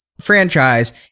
franchise